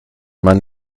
man